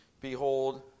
behold